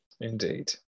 Indeed